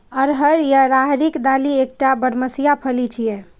अरहर या राहरिक दालि एकटा बरमसिया फली छियै